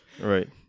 Right